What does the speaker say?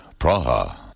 Praha